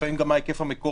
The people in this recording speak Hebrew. ולפעמים גם מה היקף המקורות.